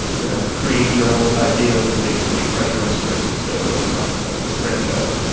you know, create your own idea for the big screen, write your own script instead of working on a franchise?